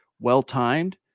well-timed